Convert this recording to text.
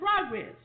progress